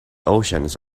oceans